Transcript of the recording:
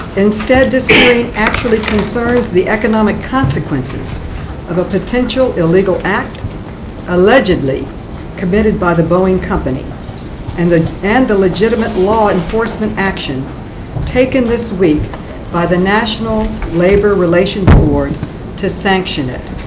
instead, this hearing actually concerns the economic consequences of a potential illegal act allegedly committed by the boeing company and the and the legitimate law enforcement action taken this week by the national labor relations board to sanction it.